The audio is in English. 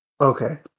Okay